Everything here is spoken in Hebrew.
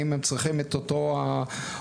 האם הן צריכות את אותו אורך,